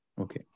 Okay